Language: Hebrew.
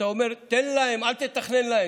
אתה אומר: תן להם, אל תתכנן להם.